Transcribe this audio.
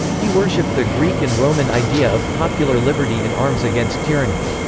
he worshipped the greek and roman idea of popular liberty in arms against tyranny.